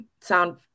sound